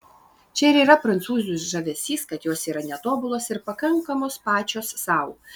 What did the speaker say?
čia ir yra prancūzių žavesys kad jos yra netobulos ir pakankamos pačios sau